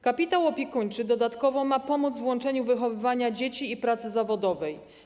Kapitał opiekuńczy dodatkowo ma pomóc w łączeniu wychowywania dzieci z pracą zawodową.